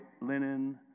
linen